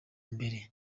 mbere